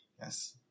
Yes